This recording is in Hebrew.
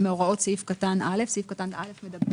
מהוראות סעיף קטן (א) סעיף קטן (א) מדבר